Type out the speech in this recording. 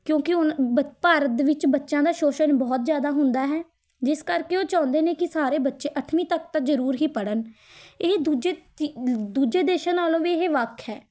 ਕਿਉਂਕਿ ਹੁਣ ਬ ਭਾਰਤ ਦੇ ਵਿੱਚ ਬੱਚਿਆਂ ਦਾ ਸ਼ੋਸ਼ਣ ਬਹੁਤ ਜ਼ਿਆਦਾ ਹੁੰਦਾ ਹੈ ਜਿਸ ਕਰਕੇ ਉਹ ਚਾਹੁੰਦੇ ਨੇ ਕਿ ਸਾਰੇ ਬੱਚੇ ਅੱਠਵੀਂ ਤੱਕ ਤਾਂ ਜ਼ਰੂਰ ਹੀ ਪੜ੍ਹਨ ਇਹ ਦੂਜੇ ਦੇ ਦੂਜੇ ਦੇਸ਼ਾਂ ਨਾਲੋਂ ਵੀ ਇਹ ਵੱਖ ਹੈ